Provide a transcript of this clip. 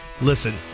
Listen